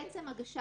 נכון?